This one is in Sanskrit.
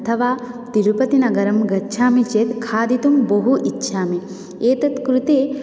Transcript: अथवा तिरुपतिनगरं गच्छामि चेत् खादितुं बहु इच्छामि एतत् कृते